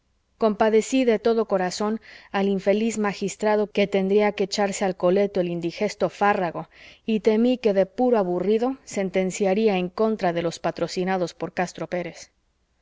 compadecí de todo corazón al infeliz magistrado que tendría que echarse al coleto el indigesto fárrago y temí que de puro aburrido sentenciara en contra de los patrocinados por castro pérez